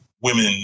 women